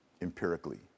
empirically